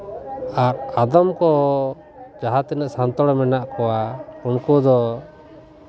ᱟᱨ ᱟᱫᱚᱢ ᱠᱚ ᱡᱟᱦᱟᱸ ᱛᱤᱱᱟᱹᱜ ᱥᱟᱱᱛᱟᱲ ᱢᱮᱱᱟᱜ ᱠᱚᱣᱟ ᱩᱱᱠᱩ ᱫᱚ